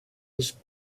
was